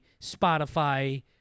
Spotify